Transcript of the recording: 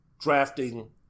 drafting